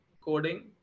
coding